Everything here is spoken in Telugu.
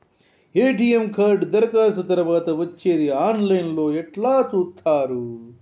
ఎ.టి.ఎమ్ కార్డు దరఖాస్తు తరువాత వచ్చేది ఆన్ లైన్ లో ఎట్ల చూత్తరు?